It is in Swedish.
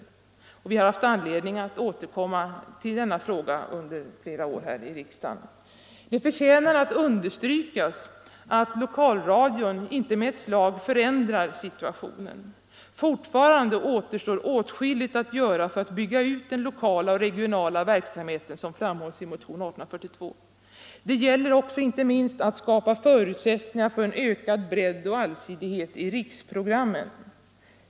Vi har under flera år haft anledning att återkomma till denna fråga här i riksdagen. Det förtjänar att understrykas att lokalradion inte med ett slag förändrar situationen. Fortfarande återstår åtskilligt att göra för att bygga ut den lokala och regionala verksamheten, som också framhålls i motionen 1842. Det gäller inte minst att skapa förutsättningar för en ökad bredd och allsidighet i riksprogrammen.